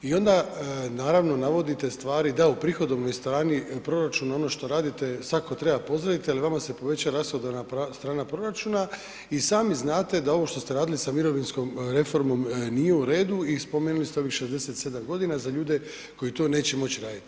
I onda naravno navodite stvari, da u prihodovnoj strani proračuna, ono što radite svako treba pozdraviti, ali vama se poveća rashodovna strana proračuna i sami znate da ovo što ste radili sa mirovinskom reformom nije u redu i spomenuli ste ovih 67 godina za ljude koji to neće moći raditi.